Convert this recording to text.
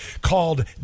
called